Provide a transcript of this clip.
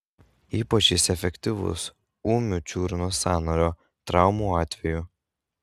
ypač jis efektyvus ūmių čiurnos sąnario traumų atveju